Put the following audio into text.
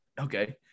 Okay